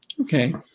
Okay